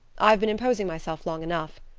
i've been imposing myself long enough,